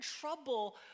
trouble